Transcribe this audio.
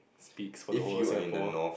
speaks for the whole Singapore